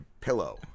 pillow